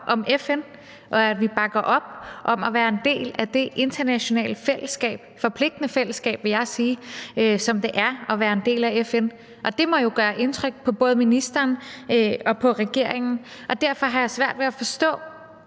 om FN, og at vi bakker op om at være en del af det internationale fællesskab, forpligtende fællesskab, vil jeg sige, som det er at være en del af FN, og det må jo gøre indtryk på både ministeren og regeringen. Derfor har jeg svært ved at forstå,